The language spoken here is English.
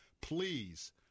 Please